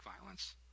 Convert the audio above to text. violence